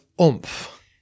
oomph